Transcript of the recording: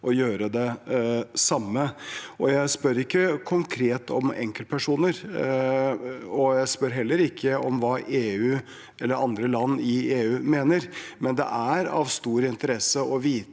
å gjøre det samme. Jeg spør ikke konkret om enkeltpersoner, og jeg spør heller ikke om hva EU eller andre land i EU mener, men det er av stor interesse å vite